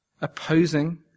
opposing